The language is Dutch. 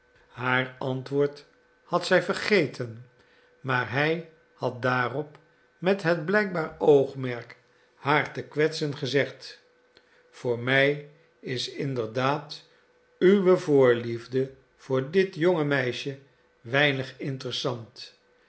haar antwoord had zij vergeten maar hij had haar daarop met het blijkbaar oogmerk haar te kwetsen gezegd voor mij is inderdaad uwe voorliefde voor dit jonge meisje weinig interessant